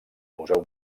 museu